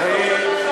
שעה.